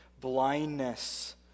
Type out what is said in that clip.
blindness